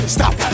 Stop